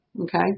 okay